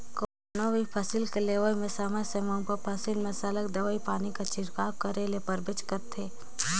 कोनो भी फसिल कर लेवई में समे समे उपर फसिल में सरलग दवई पानी कर छिड़काव करे ले परबेच करथे